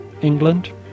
England